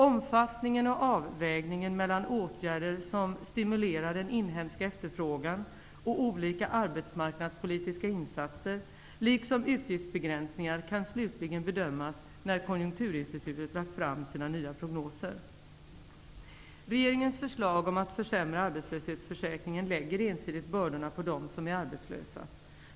Omfattningen av och avvägningen mellan åtgärder som stimulerar den inhemska efterfrågan och olika arbetsmarknadspolitiska insatser liksom utgiftsbegränsningar kan slutligen bedömas när Konjunkturinstitutet har lagt fram sina nya prognoser. Regeringens förslag om att försämra arbetslöshetsförsäkringen lägger ensidigt bördorna på de arbetslösa.